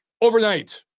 overnight